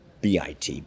BIT